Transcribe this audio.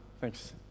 Thanks